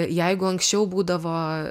jeigu anksčiau būdavo